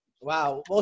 Wow